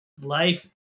Life